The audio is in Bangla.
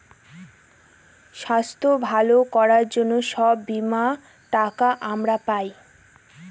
স্বাস্থ্য ভালো করার জন্য সব বীমার টাকা আমরা পায়